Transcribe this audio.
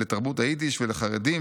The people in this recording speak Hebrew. לתרבות היידיש ולחרדים,